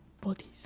bodies